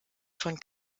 von